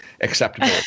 acceptable